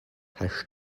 hash